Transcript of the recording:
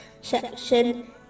section